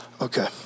okay